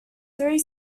three